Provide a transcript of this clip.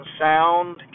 sound